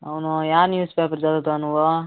అవును ఏ న్యూస్పేపర్ చదువుతావు నువ్వు